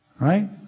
Right